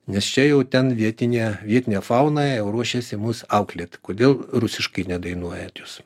nes čia jau ten vietinė vietinė fauna jau ruošėsi mus auklėt kodėl rusiškai nedainuojat jūs